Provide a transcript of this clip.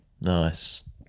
nice